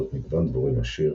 בעלות מגוון דבורים עשיר,